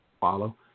follow